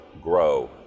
grow